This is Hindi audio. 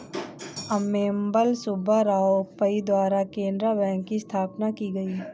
अम्मेम्बल सुब्बा राव पई द्वारा केनरा बैंक की स्थापना की गयी